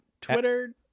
twitter